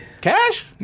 Cash